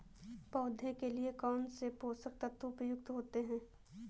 पौधे के लिए कौन कौन से पोषक तत्व उपयुक्त होते हैं?